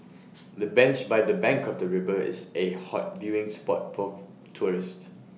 the bench by the bank of the river is A hot viewing spot forth tourists